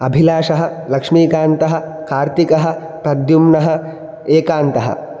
अभिलाषः लक्ष्मीकान्तः कार्तिकः प्रद्युम्नः एकान्तः